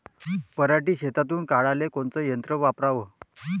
पराटी शेतातुन काढाले कोनचं यंत्र वापराव?